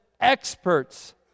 experts